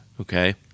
okay